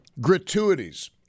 gratuities